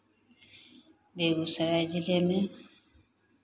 बेगूसराय जिले में